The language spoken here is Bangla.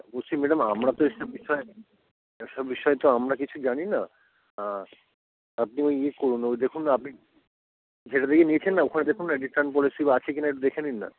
বলছি ম্যাডাম আমরা তো এসব বিষয় এই সব বিষয়ে তো আমরা কিছু জানি না আপনি ইয়ে করুন ওই দেখুন না আপনি যেখান থেকে নিয়েছেন না ওখানে দেখুন রিটার্ন পরিষেবা আছে কি না একটু দেখে নিন না